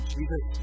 Jesus